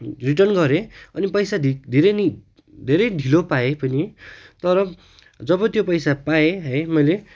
return गरेँ अनि पैसा ढिलै नै धेरै ढिलो पाएँ पनि तर जब त्यो पैसा पाएँ है मैले